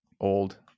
old